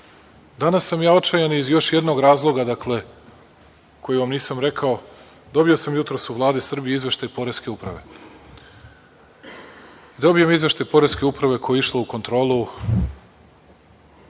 sam ja očajan iz još jednog razloga koji vam nisam rekao. Dobio sam jutros u Vladi Srbije izveštaj Poreske uprave. Dobijem izveštaj poreske uprave koja je išla u kontrolu